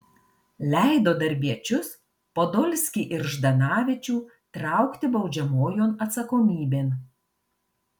leido darbiečius podolskį ir ždanavičių traukti baudžiamojon atsakomybėn